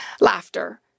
laughter